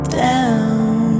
down